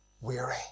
weary